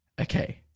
Okay